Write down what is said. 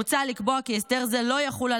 מוצע לקבוע כי הסדר זה לא יחול על